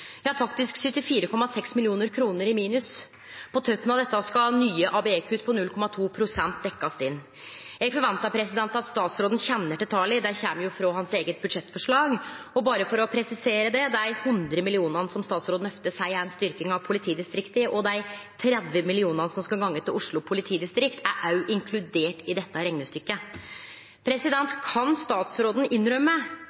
74,6 mill. kr i minus. På toppen av dette skal nye ABE-kutt på 0,2 pst. dekkjast inn. Eg forventar at statsråden kjenner til tala, dei kjem frå hans eige budsjettforslag. Og berre for å presisere det, dei 100 mill. kr som statsråden ofte seier er ei styrking av politidistrikta, og dei 30 mill. kr som skal gå til Oslo politidistrikt, er òg inkludert i dette reknestykket.